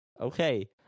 Okay